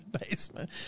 basement